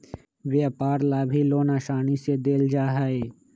व्यापार ला भी लोन आसानी से देयल जा हई